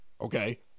okay